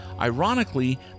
Ironically